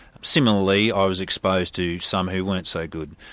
similarly i was exposed to some who weren't so good.